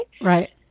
Right